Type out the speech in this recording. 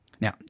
Now